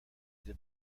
did